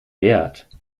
wert